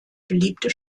beliebte